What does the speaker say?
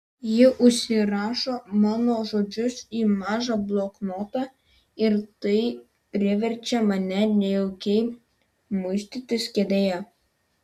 ji užsirašo mano žodžius į mažą bloknotą ir tai priverčia mane nejaukiai muistytis kėdėje